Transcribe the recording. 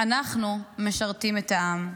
אנחנו משרתים את העם".